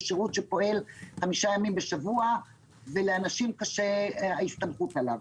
זה שירות שפועל חמישה ימים בשבוע ולאנשים קשה ההסתמכות עליו.